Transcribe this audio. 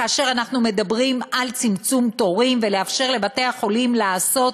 כאשר אנחנו מדברים על צמצום תורים ולאפשר לבתי-חולים לעשות